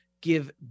give